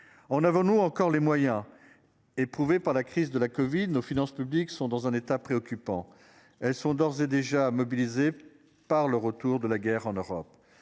En avons-nous encore les moyens. Éprouvés par la crise de la Covid nos finances publiques sont dans un état préoccupant. Elles sont d'ores et déjà mobilisés par le retour de la guerre en Europe.